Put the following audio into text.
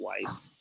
waste